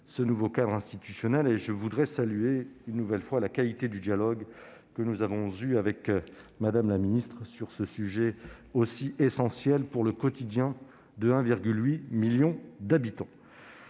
ce nouveau cadre institutionnel. Je voudrais saluer une nouvelle fois la qualité du dialogue que nous avons eu avec Mme la ministre sur ce sujet aussi essentiel pour le quotidien de 1,8 million d'habitants.